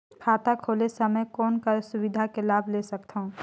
खाता खोले समय कौन का सुविधा के लाभ ले सकथव?